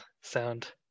sound